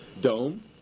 dome